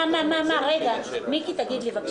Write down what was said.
מה שאני מציע זה ככה: אז קודם כול,